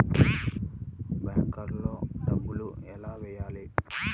బ్యాంక్లో డబ్బులు ఎలా వెయ్యాలి?